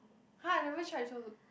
!huh! I never tried 臭豆